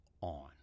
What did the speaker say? on